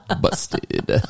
busted